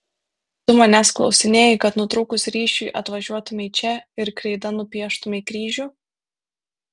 tu manęs klausinėji kad nutrūkus ryšiui atvažiuotumei čia ir kreida nupieštumei kryžių